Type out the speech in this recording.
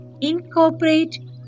incorporate